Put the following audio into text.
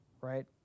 right